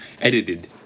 Edited